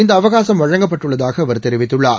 இந்தஅவகாசம் வழங்கப்பட்டுள்ளதாகஅவர் தெரிவித்துள்ளார்